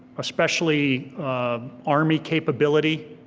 especially army capability,